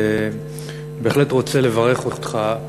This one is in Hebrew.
ואני בהחלט רוצה לברך אותך,